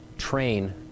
Train